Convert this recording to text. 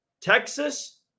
Texas